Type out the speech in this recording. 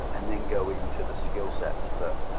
and then go into the skill sets that